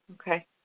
Okay